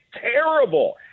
terrible